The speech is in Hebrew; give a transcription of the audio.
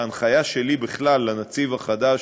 ההנחיה שלי בכלל לנציב החדש,